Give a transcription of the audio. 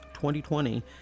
2020